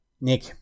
Nick